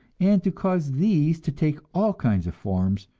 and to cause these to take all kinds of forms,